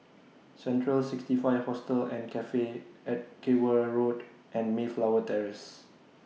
Central sixty five Hostel and Cafe Edgeware Road and Mayflower Terrace